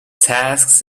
tasks